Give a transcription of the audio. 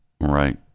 Right